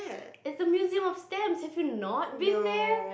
is the museum of stamps have you not been there